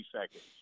seconds